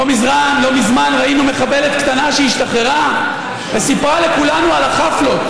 לא מזמן ראינו מחבלת קטנה שהשתחררה וסיפרה לכולנו על החפלות,